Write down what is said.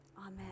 Amen